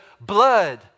blood